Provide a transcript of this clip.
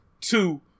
Two